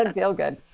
and feel good.